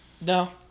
No